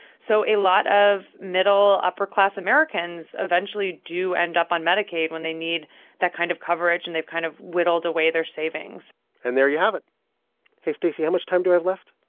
so a lot of middle, upper-class americans eventually do end up on medicaid when they need that kind of coverage, and they've kind of whittled away their savings and there you have it hey, stacey, how much time do i have left?